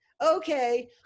okay